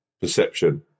perception